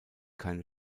keine